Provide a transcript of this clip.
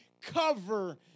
cover